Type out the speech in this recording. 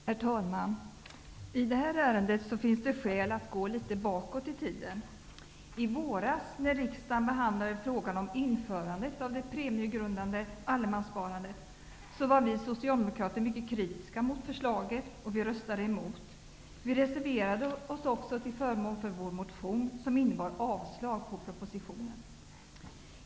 Herr talman! I detta ärende finns det skäl att gå litet bakåt i tiden. I våras, när riksdagen behandlade frågan om införandet av det premiegrundande allemanssparandet, var vi socialdemokrater mycket kritiska mot förslaget, och vi röstade emot. Vi reserverade oss också till förmån för vår motion, som innebar avslag på propositionen.